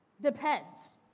depends